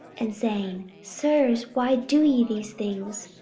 and saying, sirs, why do ye these things?